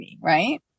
Right